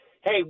hey